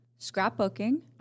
scrapbooking